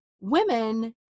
women